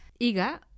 Iga